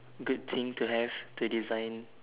good thing to have to design